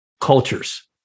cultures